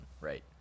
right